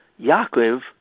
Yaakov